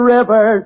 River